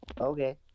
Okay